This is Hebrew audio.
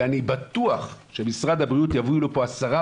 ואני בטוח שמשרד הבריאות יביאו לפה עשרה